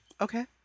Okay